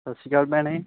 ਸਤਿ ਸ਼੍ਰੀ ਅਕਾਲ ਭੈਣੇ